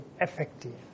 effective